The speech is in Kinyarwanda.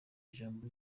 ijambo